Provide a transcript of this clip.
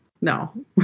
no